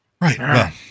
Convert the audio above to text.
Right